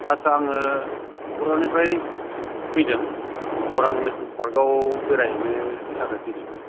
आच्चा आङो क'क्राझारनिफ्राय फैदों अरां नेसनेल पार्कआव बेरायहैनो थाखाय फैदों